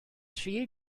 tri